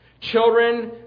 Children